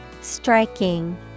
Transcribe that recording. Striking